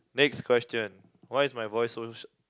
next question why is my voice so